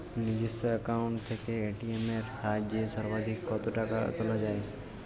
নিজস্ব অ্যাকাউন্ট থেকে এ.টি.এম এর সাহায্যে সর্বাধিক কতো টাকা তোলা যায়?